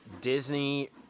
Disney